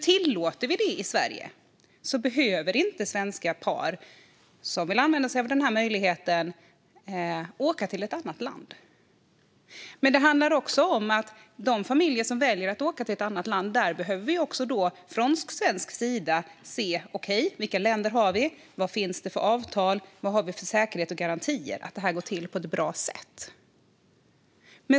Tillåter vi det i Sverige behöver inte svenska par som vill använda sig av den här möjligheten åka till ett annat land. Det handlar också om de familjer som väljer att åka till ett annat land. Där behöver vi från svensk sida säga: Okej, vilka länder har vi? Vad finns det för avtal? Vad har vi för säkerhet och garantier att det här går till på ett bra sätt?